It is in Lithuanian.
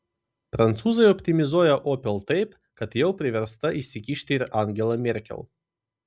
prancūzai optimizuoja opel taip kad jau priversta įsikišti ir angela merkel